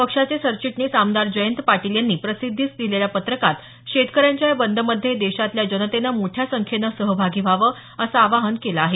पक्षाचे सरचिटणीस आमदार जयंत पाटील यांनी प्रसिध्दीस दिलेल्या पत्रकात शेतकऱ्यांच्या या बंदमध्ये देशातील जनतेनं मोठ्या संख्येनं सहभागी व्हावं असं आवाहन केलं आहे